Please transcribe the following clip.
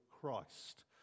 Christ